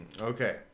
okay